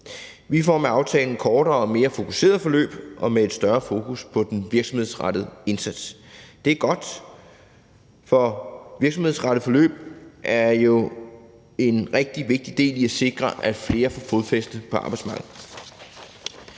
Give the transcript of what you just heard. Vi får med aftalen kortere og mere fokuserede forløb og et større fokus på de virksomhedsrettede forløb. Det er godt, for virksomhedsrettede forløb er jo en rigtig vigtig del i forhold til at sikre, at flere får fodfæste på arbejdsmarkedet.